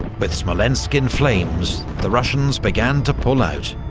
with smolensk in flames, the russians began to pull out,